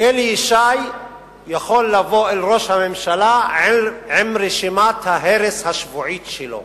אלי ישי יכול לבוא אל ראש הממשלה עם רשימת ההרס השבועית שלו,